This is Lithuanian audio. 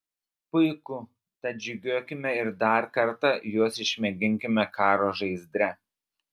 puiku tad žygiuokime ir dar kartą juos išmėginkime karo žaizdre